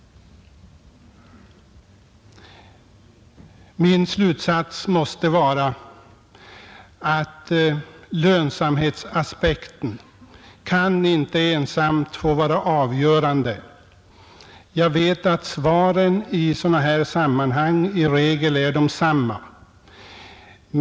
Min slutsats måste vara att lönsamhetsaspekten inte ensam kan få vara avgörande. Jag vet att svaren i sådana här sammanhang i regel är desamma.